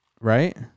right